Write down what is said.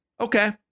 okay